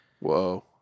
Whoa